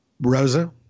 Rosa